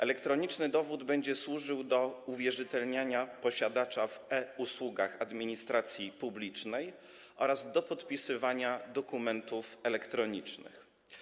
Elektroniczny dowód będzie służył do uwierzytelniania posiadacza w e-usługach administracji publicznej oraz do podpisywania dokumentów elektronicznych.